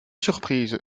surprise